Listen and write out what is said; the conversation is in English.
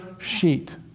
sheet